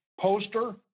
Poster